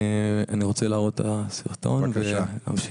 אני רוצה להראות את הסרטון ולהמשיך.